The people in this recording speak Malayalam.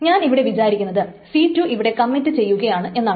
ഞാൻ ഇവിടെ വിചാരിക്കുന്നത് c 2 ഇവിടെ കമ്മിറ്റ് ചെയ്യുകയാണ് എന്നാണ്